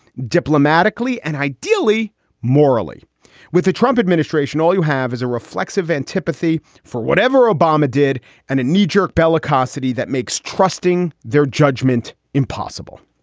diplomatically and ideally morally with the trump administration, all you have is a reflexive antipathy for whatever obama did and a knee jerk bellicosity that makes trusting their judgment impossible